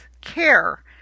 care